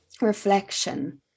reflection